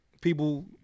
people